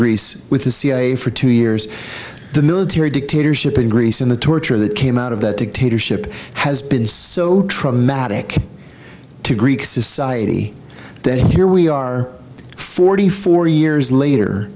greece with the cia for two years the military dictatorship in greece and the torture that came out of that dictatorship has been so traumatic to greek society that here we are forty four years later